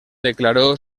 declaró